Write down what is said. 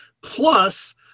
Plus